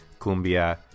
cumbia